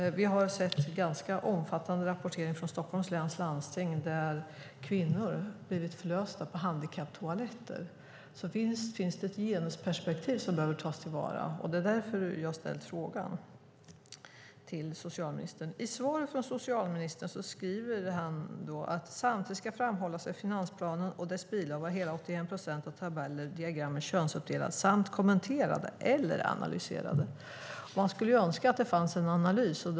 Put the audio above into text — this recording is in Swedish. Vi har sett ganska omfattande rapportering från Stockholms läns landsting där kvinnor har blivit förlösta på handikapptoaletter, så visst finns det ett genusperspektiv som behöver tas till vara. Det är därför jag har ställt frågan till socialministern. Socialministern säger i svaret: "Samtidigt ska det framhållas att i finansplanen och dess bilagor var hela 81 procent av tabellerna och diagrammen könsuppdelade samt kommenterade eller analyserade efter kön." Man skulle önska att det fanns en analys.